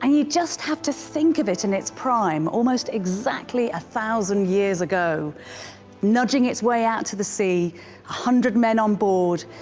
and you just have to think of it in its prime almost exactly a thousand years ago nudging its way out to the sea, a hundred men on board,